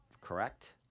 Correct